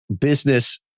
business